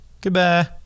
Goodbye